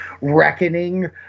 reckoning